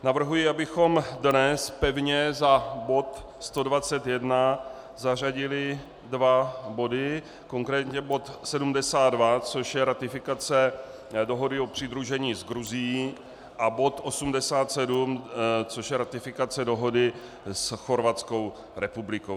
Navrhuji, abychom dnes pevně za bod 121 zařadili dva body konkrétně bod 72, což je ratifikace dohody o přidružení s Gruzií, a bod 87, což je ratifikace dohody s Chorvatskou republikou.